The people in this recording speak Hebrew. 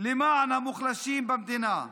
למען המוחלשים במדינה?